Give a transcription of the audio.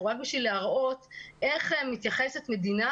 הוא רק בשביל להראות איך מתייחסת מדינה